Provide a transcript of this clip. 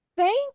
Thank